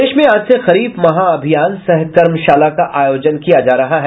प्रदेश में आज से खरीफ महाअभियान सह कर्मशाला का आयोजन किया जा रहा है